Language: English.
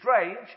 strange